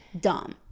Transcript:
Dumb